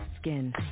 skin